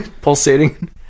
Pulsating